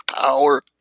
power